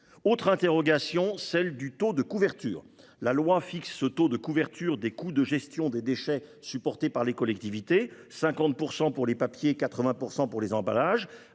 Autre interrogation : celle du taux de couverture. La loi fixe le taux de couverture des coûts de gestion des déchets supportés par les collectivités à 50 % pour les papiers et à 80 % pour les emballages.